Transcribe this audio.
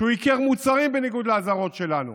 שהוא ייקר מוצרים בניגוד לאזהרות שלנו,